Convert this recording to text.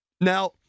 Now